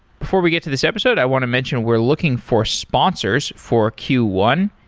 before we get to this episode, i want to mention we're looking for sponsors for q one.